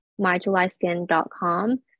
MyJulySkin.com